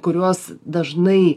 kurios dažnai